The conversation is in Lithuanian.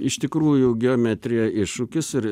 iš tikrųjų geometrija iššūkis ir